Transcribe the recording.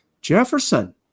Jefferson